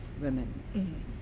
women